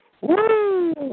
Woo